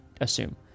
assume